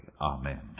Amen